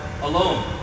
alone